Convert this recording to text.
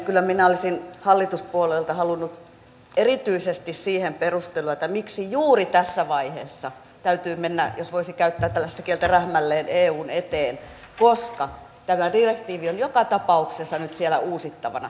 kyllä minä olisin hallituspuolueilta halunnut erityisesti siihen perusteluja miksi juuri tässä vaiheessa täytyy mennä jos voisi käyttää tällaista kieltä rähmälleen eun eteen koska tämä direktiivi on joka tapauksessa nyt siellä uusittavana